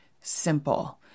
simple